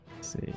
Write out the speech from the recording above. see